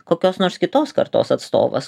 kokios nors kitos kartos atstovas